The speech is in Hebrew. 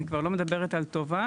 אני כבר לא מדברת על טובה,